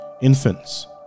infants